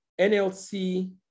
NLC